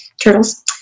Turtles